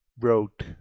wrote